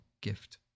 gift